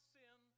sin